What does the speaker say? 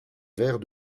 vers